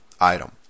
item